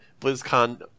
BlizzCon